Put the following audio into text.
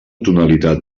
tonalitat